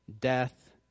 death